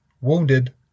wounded